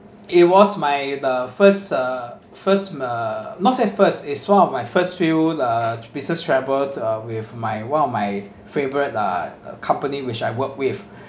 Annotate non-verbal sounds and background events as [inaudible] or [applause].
it was my the first uh first uh not say t first is one of my first few uh business travel uh with my one of my favourite uh company which I work with [breath]